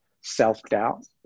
self-doubt